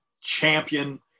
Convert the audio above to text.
champion